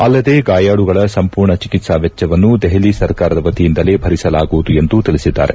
ಅಲ್ಲದೇ ಗಾಯಾಳುಗಳ ಸಂಪೂರ್ಣ ಚಿಕಿತ್ತಾ ವೆಚ್ಚವನ್ನು ದೆಹಲಿ ಸರ್ಕಾರದ ವತಿಯಿಂದಲೇ ಭರಿಸಲಾಗುವುದು ಎಂದು ತಿಳಿಸಿದ್ದಾರೆ